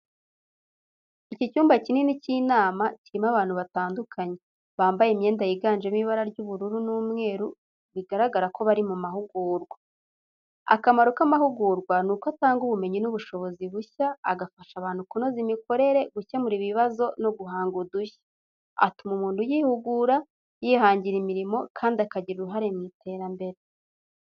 Icyumba kinini cy'inama kirimo abantu batandukanye, bambaye imyenda yiganjemo ibara ry'ubururu n'umweru, bigaragara ko barimo guhugurwa. Akamaro k'amahugurwa ni uko atanga ubumenyi n’ubushobozi bushya, agafasha abantu kunoza imikorere, gukemura ibibazo no guhanga udushya. Atuma umuntu yihugura, yihangira imirimo kandi akagira uruhare mu iterambere.